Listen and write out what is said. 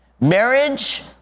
Marriage